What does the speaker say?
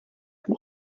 vom